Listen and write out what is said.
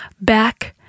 back